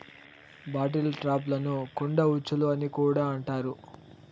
bottle ట్రాప్లను కుండ ఉచ్చులు అని కూడా అంటారు